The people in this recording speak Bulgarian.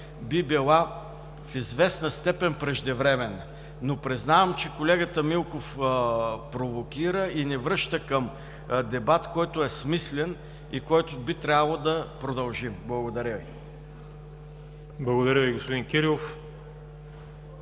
би била в известна степен преждевременна. Признавам, че колегата Милков провокира и ни връща към дебат, който е смислен и който би трябвало да продължим. Благодаря Ви. ПРЕДСЕДАТЕЛ ВАЛЕРИ